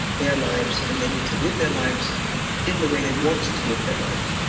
their lives and they need to live their lives in the way they want to live their lives.